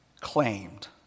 claimed